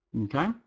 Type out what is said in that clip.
okay